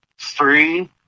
three